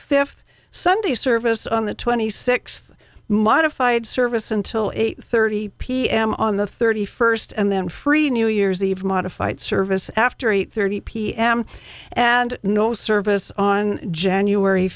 fifth sunday service on the twenty sixth modified service until eight thirty pm on the thirty first and then free new year's eve modified service after eight thirty pm and no service on january